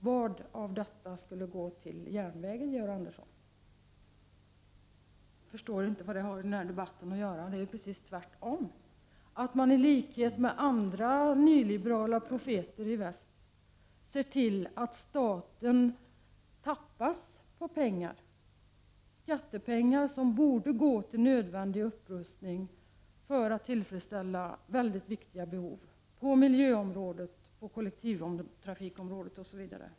Jag förstår inte vad skatteomläggningen har med denna debatt att göra när det förhåller sig precis tvärtom, dvs. att man i likhet med andra nyliberala profeter i väst ser till att staten tappas på pengar, skattepengar som borde gå till nödvändig upprustning för att tillfredsställa väldigt viktiga behov på miljöområdet, kollektivtrafikområdet osv.